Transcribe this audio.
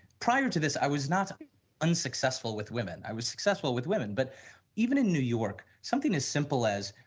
prior to this, i was not unsuccessful with women, i was successful with women, but even in new york something is simple as,